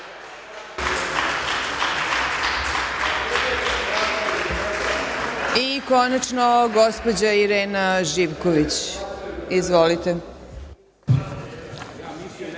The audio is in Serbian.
I konačno, gospođa Irena Živković ima reč. Izvolite.